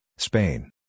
Spain